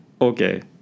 okay